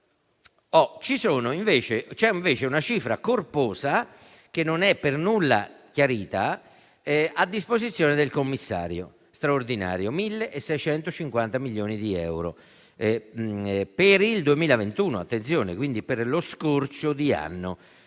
C'è invece una cifra corposa, che non è per nulla chiarita, a disposizione del commissario straordinario, pari a 1.650 milioni di euro, per il 2021 e quindi - attenzione! - per uno scorcio di anno.